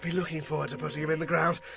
looking forward to putting him in the ground.